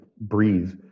breathe